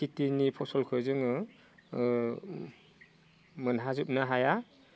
खेथिनि फसलखौ जोङो मोनहाजोबनो हाया